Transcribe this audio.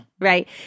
Right